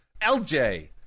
LJ